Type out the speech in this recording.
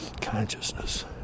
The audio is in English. consciousness